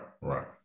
right